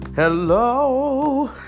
Hello